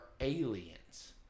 aliens